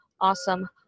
Awesome